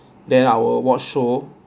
then I will watch show